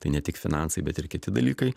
tai ne tik finansai bet ir kiti dalykai